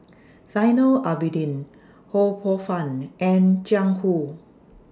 Zainal Abidin Ho Poh Fun and Jiang Hu